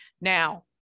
Now